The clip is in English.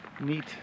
neat